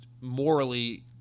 morally